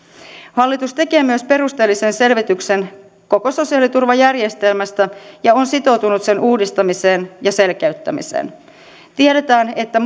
hallitus tekee myös perusteellisen selvityksen koko sosiaaliturvajärjestelmästä ja on sitoutunut sen uudistamiseen ja selkeyttämiseen tiedetään että